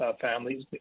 families